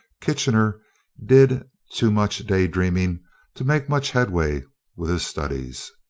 kitchener did too much day-dreaming to make much headway with his studies.